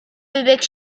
wybiegł